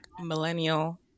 millennial